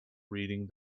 reading